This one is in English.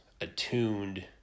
attuned